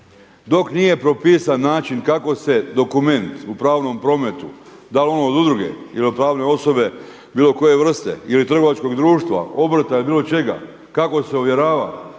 Dok nije propisan način kako se dokument u pravnom prometu da li on od udruge ili pravne osobe bilo koje vrste ili trgovačkog društva, obrta ili bilo čega kako se ovjerava